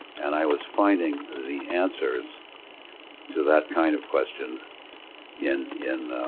and i was finding the answers to that kind of question in, in